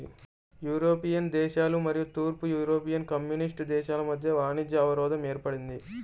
European దేశాలు మరియు తూర్పు యూరోపియన్ కమ్యూనిస్ట్ దేశాల మధ్య వాణిజ్య అవరోధం ఏర్పడింది